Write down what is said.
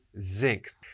zinc